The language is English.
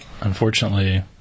unfortunately